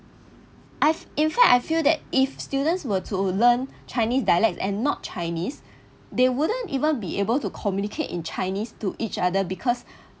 I've in fact I feel that if students were to learn chinese dialect and not chinese they wouldn't even be able to communicate in chinese to each other because